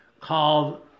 called